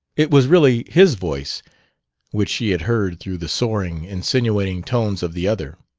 it was really his voice which she had heard through the soaring, insinuating tones of the other.